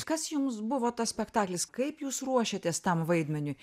kas jums buvo tas spektaklis kaip jūs ruošiatės tam vaidmeniui